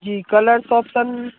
जी colour का option